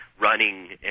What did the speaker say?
running